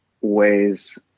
ways